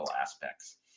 aspects